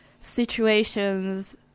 situations